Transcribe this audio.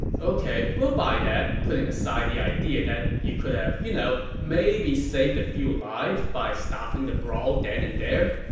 ok, we'll buy that, putting aside the idea that you could have, you know, maybe saved a few lives by stopping the brawl then and there.